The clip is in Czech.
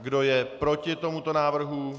Kdo je proti tomuto návrhu?